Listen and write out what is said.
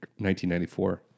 1994